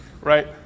right